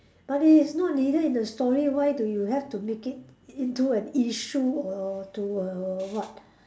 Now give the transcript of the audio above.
but it is not needed in a story why do you have to make it into an issue or to a what